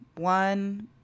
One